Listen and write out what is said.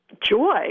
joy